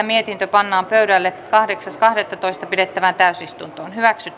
mietintö pannaan pöydälle kahdeksas kahdettatoista kaksituhattaviisitoista pidettävään täysistuntoon